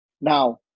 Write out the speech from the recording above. Now